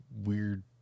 weird